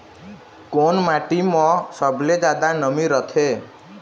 कोन माटी म सबले जादा नमी रथे?